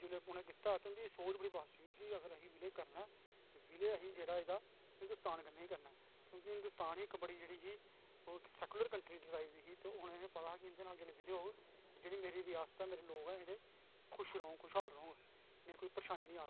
जिसले उनें कीता ते उंदी सोच बड़ी पाजॅटिव ही अगर असी बिलय करना ऐ बिलय असी जेहड़ा एहदा हिन्दुस्तान कन्नै गै करना ऐ क्योंकि हिन्दुस्तान ही इक बड़ी जेहड़ी ही सैक्यूलर कंट्री ही उनेंगी पता हा कि जिसलै मेरा इंदे कन्नै बिलय होग मेरी जेहड़ी़ रियासत ऐ मेरे जेहडे लोक हे खुश हाल रौहन इनें गी कोई परेशानी नेईं आग